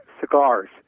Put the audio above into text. cigars